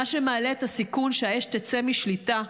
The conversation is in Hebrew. מה שמעלה את הסיכון שהאש תצא משליטה.